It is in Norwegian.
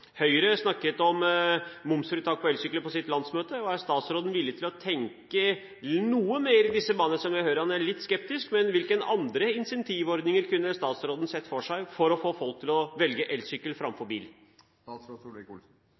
Høyre snakket om momsfritak på elsykler på sitt landsmøte. Er statsråden villig til å tenke noe mer i disse baner, selv om jeg hører han er litt skeptisk? Hvilke andre incentivordninger kunne statsråden sett for seg for å få folk til å velge elsykkel framfor